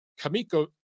kamiko